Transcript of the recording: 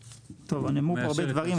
נאמרו פה הרבה דברים,